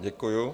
Děkuju.